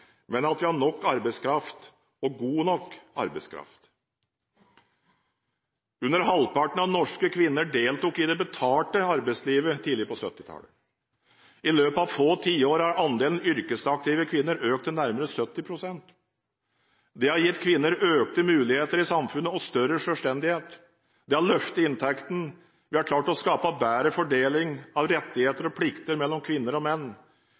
men at vi har nok arbeidskraft og god nok arbeidskraft. Under halvparten av norske kvinner deltok i det betalte arbeidslivet tidlig på 1970-tallet. I løpet av få tiår har andelen yrkesaktive kvinner økt til nærmere 70 pst. Det har gitt kvinner økte muligheter i samfunnet og større selvstendighet. Det har løftet inntektene. Vi har klart å skape bedre fordeling av rettigheter og plikter mellom kvinner og menn.